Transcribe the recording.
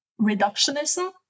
reductionism